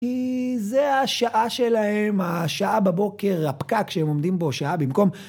כי זה השעה שלהם, השעה בבוקר, הפקק שהם עומדים בו, שעה במקום.